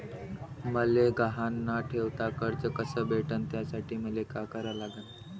मले गहान न ठेवता कर्ज कस भेटन त्यासाठी मले का करा लागन?